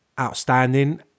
outstanding